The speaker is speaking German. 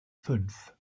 fünf